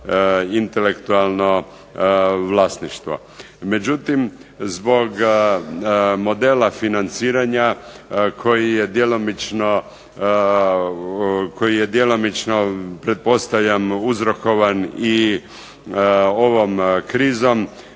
intelektualno vlasništvo. Međutim zbog modela financiranja koji je djelomično pretpostavljam uzrokovan i ovom krizom,